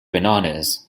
bananas